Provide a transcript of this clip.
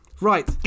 Right